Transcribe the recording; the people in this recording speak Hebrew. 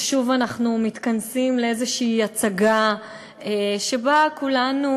ששוב אנחנו מתכנסים לאיזושהי הצגה שבה כולנו